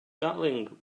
battling